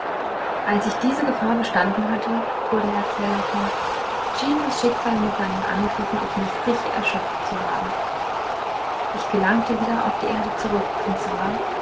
als ich diese gefahr bestanden hatte fuhr der erzähler fort schien das schicksal mit seinen angriffen auf mich sich erschöpft zu haben ich gelangte wieder auf die erde zurück und zwar